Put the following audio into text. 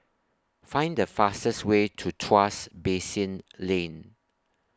Find The fastest Way to Tuas Basin Lane